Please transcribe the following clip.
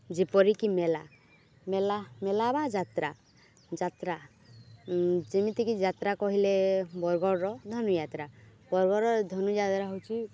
ଯେପରିକି ମେଲା ମେଲା ମେଲା ବା ଯାତ୍ରା ଯାତ୍ରା ଯେମିତିକି ଯାତ୍ରା କହିଲେ ବରଗଡ଼୍ର ଧନୁଯାତ୍ରା ବରଗଡ଼୍ର ଧନୁଯାତ୍ରା ହେଉଛି